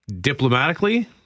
diplomatically